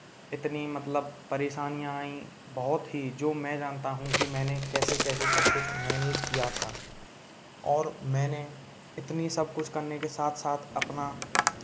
इतनी मतलब परेशानियाँ आईं बहुत ही जो मैं जानता हूँ कि मैंने कैसे कैसे सब कुछ मैनेज किया था और मैंने इतनी सब कुछ करने के साथ साथ अपना